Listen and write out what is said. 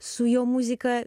su jo muzika